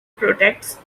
protects